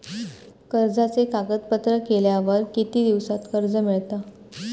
कर्जाचे कागदपत्र केल्यावर किती दिवसात कर्ज मिळता?